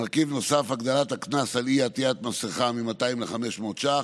3. מרכיב נוסף: הגדלת הקנס על אי-עטיית מסכה מ-200 ל-500 שקלים.